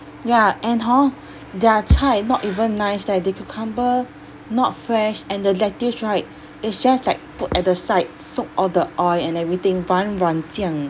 ya and hor their 菜 not even nice leh the cucumber not fresh and the lettuce right it's just like put at the side soak all the oil and everything 软软这样